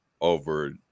over